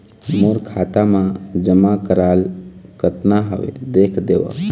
मोर खाता मा जमा कराल कतना हवे देख देव?